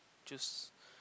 choose